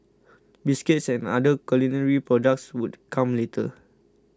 biscuits and other culinary products would come later